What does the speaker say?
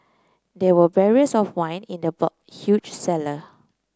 there were barrels of wine in the huge cellar